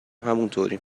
همونطوریم